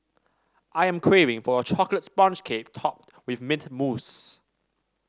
I am craving for a chocolate sponge cake topped with mint mousse